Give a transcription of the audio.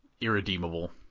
irredeemable